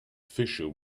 fissure